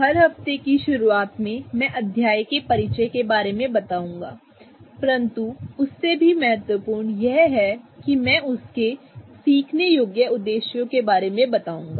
हर हफ्ते की शुरुआत में मैं अध्याय के परिचय के बारे में बताऊंगा परंतु उससे भी महत्वपूर्ण यह है कि मैं उस सकता हूं कि सीखने योग्य उद्देश्यों के बारे में बताऊंगा